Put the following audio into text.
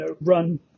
run